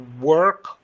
work